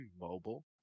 mobile